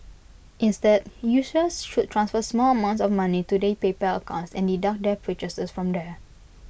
instead users should transfer small amounts of money to their PayPal accounts and deduct their purchases from there